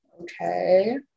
Okay